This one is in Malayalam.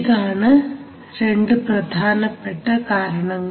ഇതാണ് രണ്ടു പ്രധാനപ്പെട്ട കാരണങ്ങൾ